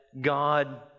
God